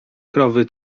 krowy